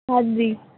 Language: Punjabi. ਹਾਂਜੀ